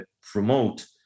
promote